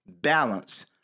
balance